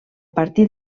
partir